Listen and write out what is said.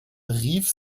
rief